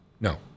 No